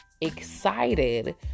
excited